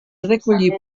recollir